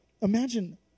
Imagine